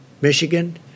Michigan